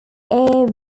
air